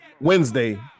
Wednesday